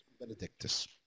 Benedictus